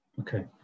Okay